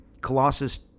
colossus